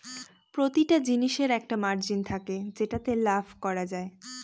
প্রতিটা জিনিসের একটা মার্জিন থাকে যেটাতে লাভ করা যায়